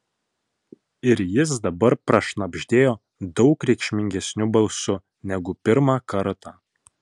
ir jis dabar prašnabždėjo daug reikšmingesniu balsu negu pirmą kartą